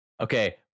okay